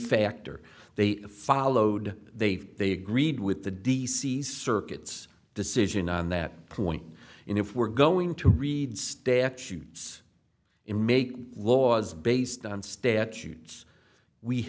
factor they followed they they agreed with the d c circuits decision on that point and if we're going to read statutes in make laws based on statutes we